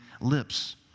lips